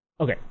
okay